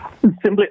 Simply